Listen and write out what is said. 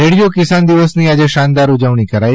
radio કિસાન દિવસની આજે શાનદાર ઉજવણી કરાઇ